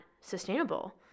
sustainable